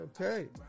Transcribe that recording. Okay